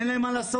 אין להם מה לעשות.